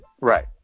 Right